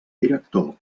director